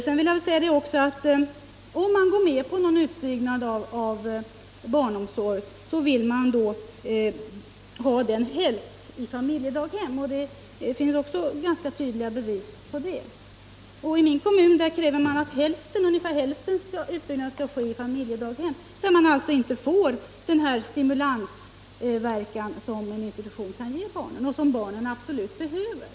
Om man från borgerligt håll går med på någon utbyggnad av barnomsorg vill man helst ha den i familjedaghem, det finner vi också ganska tydliga bevis på. I min kommun kräver man att ungefär hälften av utbyggnaden skall ske i form av familjedaghem, där barnen alltså inte får den stimulans som en institution kan ge dem och som de absolut behöver.